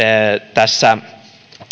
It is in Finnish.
tässä